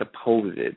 supposed